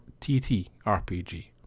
TTRPG